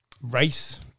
race